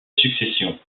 succession